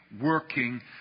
working